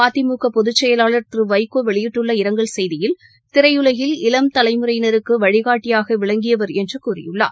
மதிமுகபொதுச்செயலாளர் திருவைகோவெளியிட்டுள்ள இரங்கல் செய்தியில் திரையுலகில் இளம் தலைமுறையினருக்குவழிகாட்டியாகவிளங்கியவர் என்றுகூறியுள்ளார்